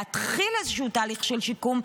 להתחיל איזשהו תהליך של שיקום,